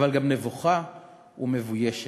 אבל גם נבוכה ומבוישת.